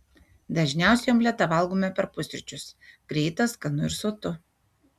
dažniausiai omletą valgome per pusryčius greita skanu ir sotu